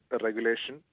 regulation